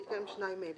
בהתקיים שניים אלה: